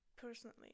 personally